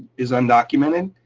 is undocumented,